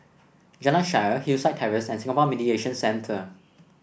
Jalan Shaer Hillside Terrace and Singapore Mediation Centre